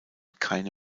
keine